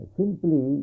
simply